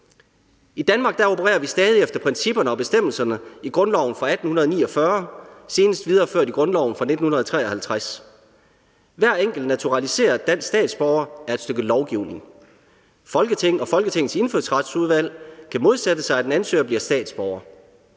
I Danmark opererer vi stadig efter principperne og bestemmelserne i grundloven fra 1849, senest videreført i grundloven fra 1953. Hver enkelt naturaliseret dansk statsborger er et stykke lovgivning. Folketinget og Folketingets Indfødsretsudvalg kan modsætte sig, at en ansøger bliver statsborger.